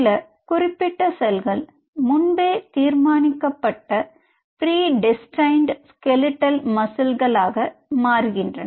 சில குறிப்பிட்ட செல்கள் முன்பே தீர்மானிக்கப்பட்ட ப்ரீ டெஸ்டைன்ட் ஸ்கெலிடல் மசில்களாக மாறுகின்றன